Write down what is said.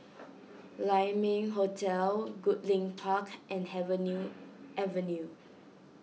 Lai Ming Hotel Goodlink Park and have new Avenue